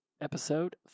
episode